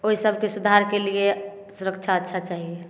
ओहि सबके सुधारके लिए सुरक्षा अच्छा चाही